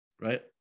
right